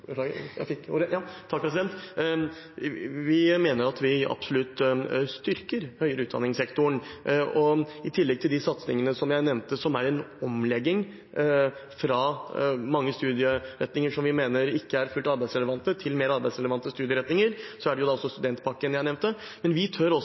Vi mener at vi absolutt styrker høyere utdanningssektoren. I tillegg til de satsingene jeg nevnte, som er en omlegging fra mange studieretninger vi mener ikke er fullt arbeidsrelevante, til mer arbeidsrelevante studieretninger, er det også studentpakken jeg nevnte. Vi tør også